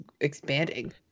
expanding